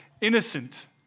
innocent